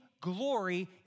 glory